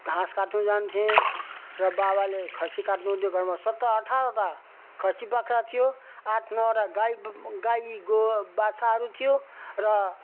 घाँस काट्नु जान्थेँ र बाबाले खसी काट्नु हुन्थ्यो घरमा सत्र अठारवटा खसी बाख्रा थियो आठ नौवटा गाई गाई गो बाच्छाहरू थियो र